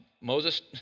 Moses